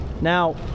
Now